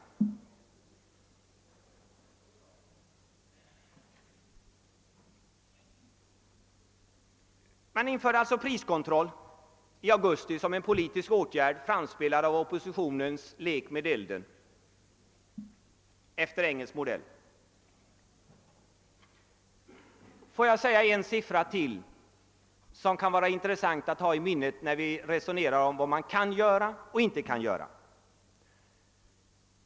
Regeringen införde som sagt prisstopp i augusti som en politisk åtgärd, framspelad av oppositionens lek med elden efter engelsk modell. Får jag nämna en siffra till, som kan vara intressant att ha i minnet när vi resonerar om vad man kan göra och vad man inte kan göra!